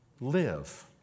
live